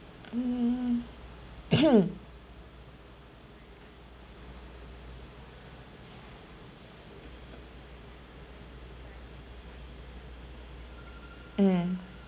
hmm mm